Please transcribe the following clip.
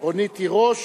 רונית תירוש